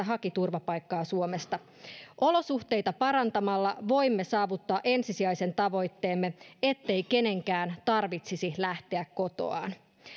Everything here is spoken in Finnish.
haki turvapaikkaa kaksikymmentätuhattaviisisataa irakilaista olosuhteita parantamalla voimme saavuttaa ensisijaisen tavoitteemme ettei kenenkään tarvitsisi lähteä kotoaan